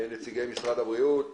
נציגי משרד הבריאות,